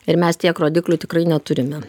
ir mes tiek rodiklių tikrai neturime